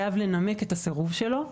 חייב לנמק את הסירוב שלו.